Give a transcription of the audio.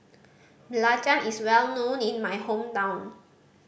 belacan is well known in my hometown